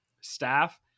staff